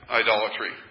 idolatry